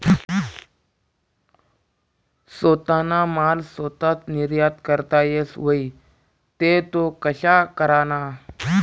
सोताना माल सोताच निर्यात करता येस व्हई ते तो कशा कराना?